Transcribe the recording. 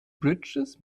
bridges